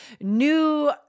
new